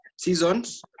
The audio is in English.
seasons